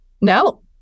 No